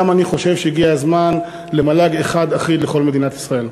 גם אני חושב שהגיע הזמן למל"ג אחד אחיד לכל מדינת ישראל.